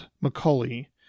Macaulay